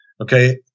Okay